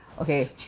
okay